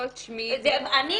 לא את שמי --- אני מבקשת,